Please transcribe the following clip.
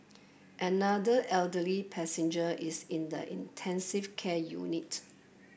another elderly passenger is in the intensive care unit